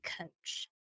coach